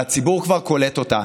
אבל הציבור כבר קולט אותה.